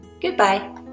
goodbye